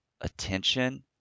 attention